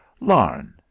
Larn